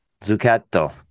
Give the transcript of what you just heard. Zucchetto